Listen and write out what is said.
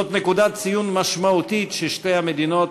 זאת נקודת ציון משמעותית ששתי המדינות